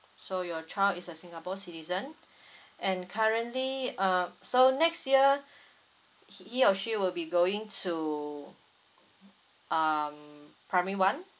so your child is a singapore citizen and currently um so next year he he or she will be going to um primary one